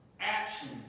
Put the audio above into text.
action